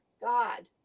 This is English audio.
God